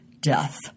Death